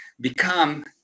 become